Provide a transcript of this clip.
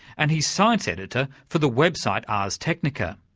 and he's science editor for the website ars technica.